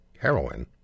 heroin